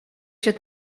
się